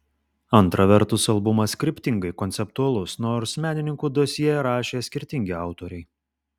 antra vertus albumas kryptingai konceptualus nors menininkų dosjė rašė skirtingi autoriai